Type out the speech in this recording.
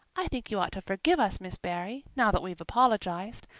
i think you ought to forgive us, miss barry, now that we've apologized.